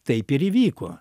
taip ir įvyko